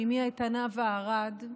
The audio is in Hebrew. ממי הייתה נאוה ארד,